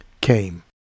came